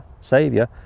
saviour